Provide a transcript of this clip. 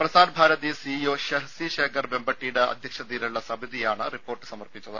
Prasar Bharati C E O Shashi Shekhar വെമ്പട്ടിയുടെ അധ്യക്ഷതയിലുളള സമിതിയാണ് റിപ്പോർട്ട് സമർപ്പിച്ചത്